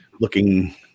looking